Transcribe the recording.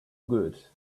good